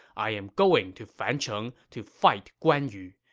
i am going to fancheng to fight guan yu.